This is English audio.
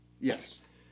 yes